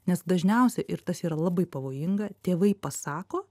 nes dažniausia ir tas yra labai pavojinga tėvai pasako